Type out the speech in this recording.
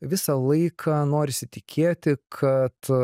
visą laiką norisi tikėti kad